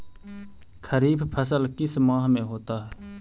खरिफ फसल किस माह में होता है?